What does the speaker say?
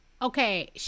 Okay